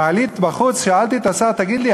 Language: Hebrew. במעלית בחוץ שאלתי את השר: תגיד לי,